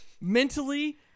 mentally